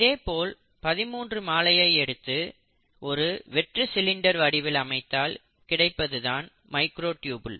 இதேபோல் 13 மாலையை எடுத்து ஒரு வெற்று சிலிண்டர் வடிவில் அமைத்தால் கிடைப்பதுதான் மைக்ரோடியுபுல்